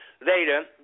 Later